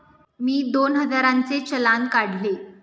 मी दोन हजारांचे चलान काढले